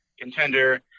Contender